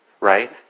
right